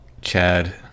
Chad